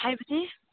ꯍꯥꯏꯕꯗꯤ